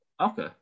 Okay